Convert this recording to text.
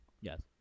Yes